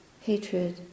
hatred